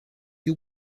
you